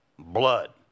Blood